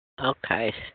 Okay